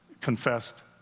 confessed